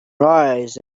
rise